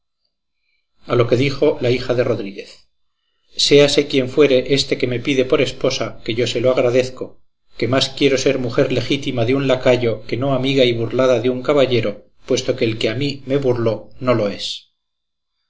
a lo que dijo la hija de rodríguez séase quien fuere este que me pide por esposa que yo se lo agradezco que más quiero ser mujer legítima de un lacayo que no amiga y burlada de un caballero puesto que el que a mí me burló no lo es